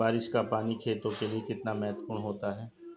बारिश का पानी खेतों के लिये कितना महत्वपूर्ण होता है?